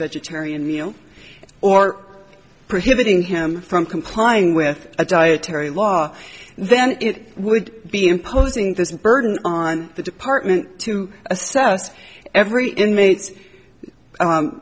vegetarian meal or prohibiting him from complying with a dietary law then it would be imposing this burden on the department to assess every inmate